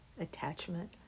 attachment